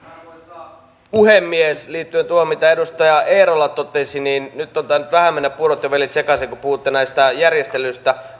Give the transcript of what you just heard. arvoisa puhemies liittyen tuohon mitä edustaja eerola totesi nyt on tainnut vähän mennä puurot ja vellit sekaisin kun puhutte näistä järjestellyistä